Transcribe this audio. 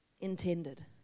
intended